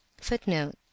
Footnote